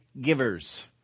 givers